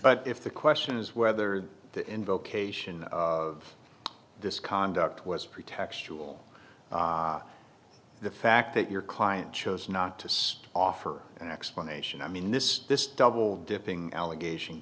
but if the question is whether the end vocation of this conduct was pretextual the fact that your client chose not to say offer an explanation i mean this this double dipping allegation